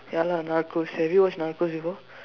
ya lah Narcos have you watched Narcos before